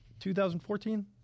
2014